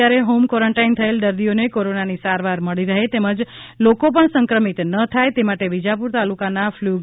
ત્યારે હોમ કોરોન્ટાઇન થયેલ દર્દીને કોરોનાની સારવાર મળી રહે તેમજ લોકો પણ સંક્રમિત ન થાય તે માટે વિજાપુર તાલુકાનાં ફલુ ગામમાં એચ